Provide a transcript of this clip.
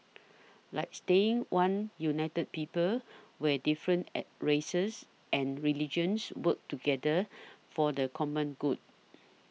like staying one united people where different at races and religions work together for the common good